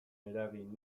eragin